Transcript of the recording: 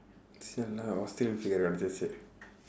!siala! australia figure கிடைச்சா சரி:kidaichsaa sari